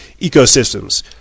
ecosystems